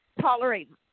tolerate